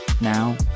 Now